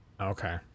Okay